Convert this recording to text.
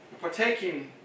Partaking